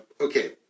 okay